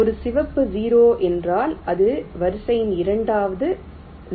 ஒரு சிவப்பு 0 என்றால் இது வரிசையில் இரண்டாவது 0 ஆகும்